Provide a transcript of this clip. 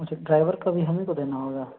जी driver का भी हम ही को देना होगा